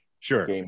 Sure